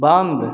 बन्द